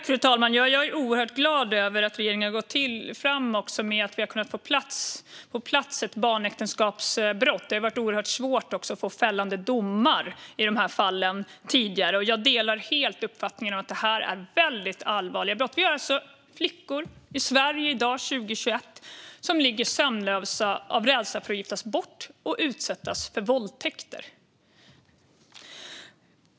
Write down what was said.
Fru talman! Jag är oerhört glad över att regeringen har kunnat få på plats ett barnäktenskapsbrott. Det har tidigare varit oerhört svårt att få fällande domar i de här fallen. Jag delar helt uppfattningen att det här är väldigt allvarliga brott. Vi har alltså flickor i Sverige i dag, 2021, som ligger sömnlösa av rädsla för att giftas bort och utsättas för våldtäkter.